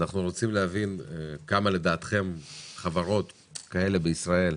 אנחנו רוצים להבין כמה חברות יש בישראל